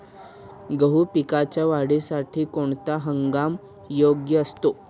गहू पिकाच्या वाढीसाठी कोणता हंगाम योग्य असतो?